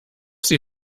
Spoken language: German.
sie